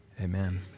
Amen